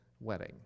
wedding